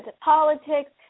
politics